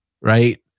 right